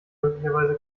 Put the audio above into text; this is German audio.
möglicherweise